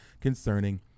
concerning